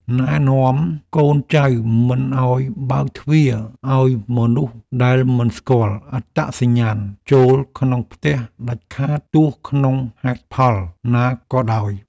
ណែនាំកូនចៅមិនឱ្យបើកទ្វារឱ្យមនុស្សដែលមិនស្គាល់អត្តសញ្ញាណចូលក្នុងផ្ទះដាច់ខាតទោះក្នុងហេតុផលណាក៏ដោយ។